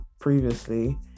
previously